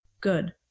Good